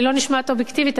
אני לא נשמעת אובייקטיבית,